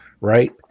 right